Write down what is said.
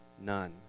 none